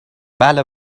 بله